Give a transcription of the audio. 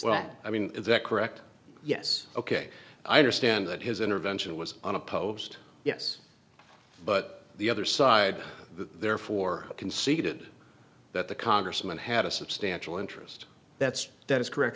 that i mean is that correct yes ok i understand that his intervention was on a post yes but the other side therefore conceded that the congressman had a substantial interest that's that is correct